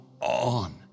on